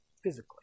Physically